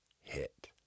hit